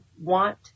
want